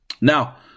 Now